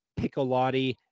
Piccolotti